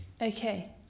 Okay